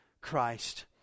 Christ